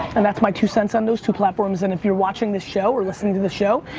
and that's my two cents on those two platforms, and if you're watching this show or listening to the show,